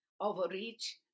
overreach